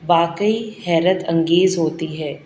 واقعی حیرت انگیز ہوتی ہے